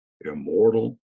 immortal